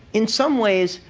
in some ways,